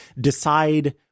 decide